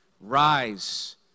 Rise